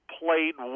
played